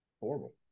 Horrible